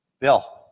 Bill